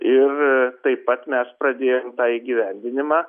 ir taip pat mes pradėjom tą įgyvendinimą